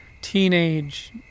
teenage